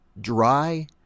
dry